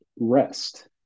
rest